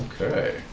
Okay